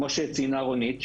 כמו שציינה רונית,